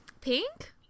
Pink